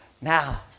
now